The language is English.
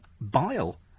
bile